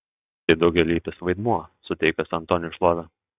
tai daugialypis vaidmuo suteikęs antoniui šlovę